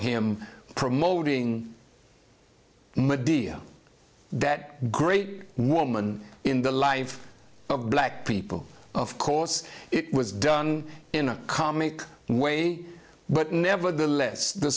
him promoting medea that great moment in the life of black people of course it was done in a comic way but nevertheless the